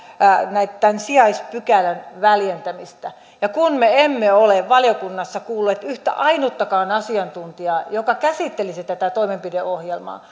tämän sijaispykälän väljentämistä ja kun me emme ole valiokunnassa kuulleet yhtä ainuttakaan asiantuntijaa joka käsittelisi tätä toimenpideohjelmaa